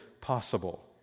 possible